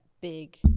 big